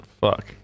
Fuck